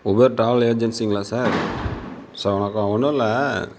Uber travel ஏஜென்சிங்களா sir sir வணக்கம் ஒன்றும் இல்லை